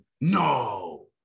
No